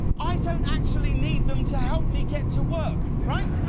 i don't actually need them to help me get to work, right?